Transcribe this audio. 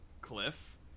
Cliff